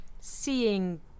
seeing